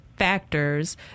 factors